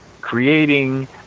creating